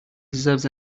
deserves